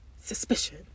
suspicion